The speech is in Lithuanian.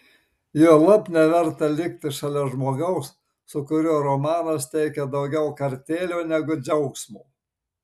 juolab neverta likti šalia žmogaus su kuriuo romanas teikia daugiau kartėlio negu džiaugsmo